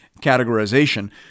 categorization